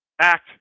act